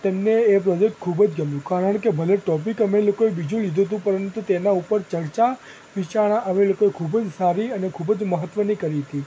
તેમને એ પ્રોજેક્ટ ખૂબ જ ગમ્યું કારણ કે ભલે ટૉપિક અમે લોકોએ બીજું લીધુ હતું પરંતુ તેના ઉપર ચર્ચા વિચારણા અમે લોકોએ ખૂબ જ સારી અને ખૂબ જ મહત્ત્વની કરી હતી